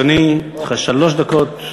בבקשה, אדוני, לרשותך שלוש דקות.